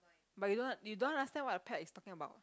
but you don't you don't understand what the pet is talking about